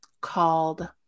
called